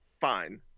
fine